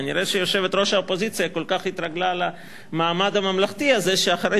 כנראה יושבת-ראש האופוזיציה כל כך התרגלה למעמד הממלכתי הזה שאחרי